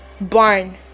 barn